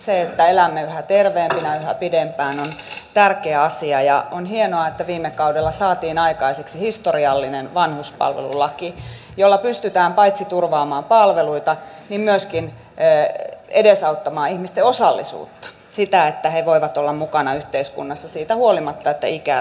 se että elämme yhä terveempinä ja yhä pidempään on tärkeä asia ja on hienoa että viime kaudella saatiin aikaiseksi historiallinen vanhuspalvelulaki jolla pystytään paitsi turvaamaan palveluita myöskin edesauttamaan ihmisten osallisuutta sitä että he voivat olla mukana yhteiskunnassa siitä huolimatta että ikää tulee lisää